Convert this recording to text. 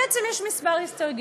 בעצם, יש כמה הסתייגויות.